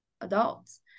adults